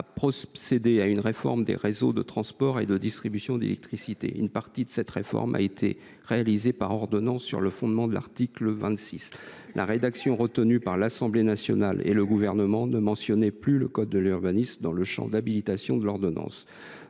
a procédé à une réforme des réseaux de transport et de distribution d’électricité. Une partie de cette réforme a été réalisée par ordonnance, sur le fondement de l’article 26 de ladite loi. Toutefois, la rédaction retenue pour cet article par l’Assemblée nationale et le Gouvernement ne mentionnait plus le code de l’urbanisme dans le champ d’habilitation, de sorte